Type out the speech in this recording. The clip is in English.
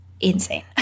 insane